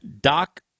Doc